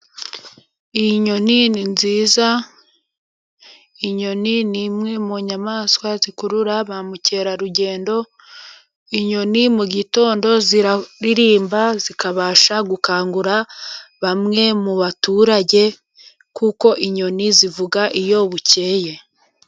Iyi nyoni ni nziza. Inyoni ni imwe mu nyamaswa zikurura ba mukerarugendo. Inyoni mu gitondo ziraririmba zikabasha gukangura bamwe mu baturage, kuko inyoni zivuga iyo bukeye.